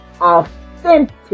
authentic